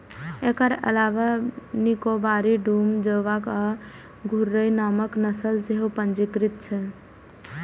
एकर अलावे निकोबारी, डूम, जोवॉक आ घुर्राह नामक नस्ल सेहो पंजीकृत छै